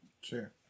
Sure